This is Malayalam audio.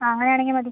ആ അങ്ങനെ ആണെങ്കിൽ മതി